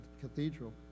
cathedral